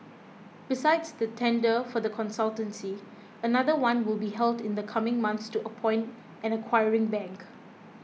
besides the tender for the consultancy another one will be held in the coming months to appoint an acquiring bank